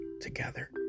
together